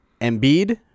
Embiid